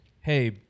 hey